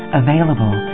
available